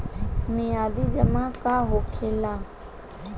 मियादी जमा का होखेला?